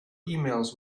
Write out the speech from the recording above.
emails